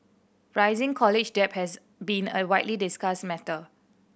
rising college debt has been a widely discussed matter